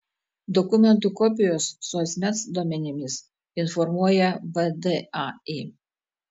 dokumentų kopijos su asmens duomenimis informuoja vdai